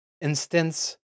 instance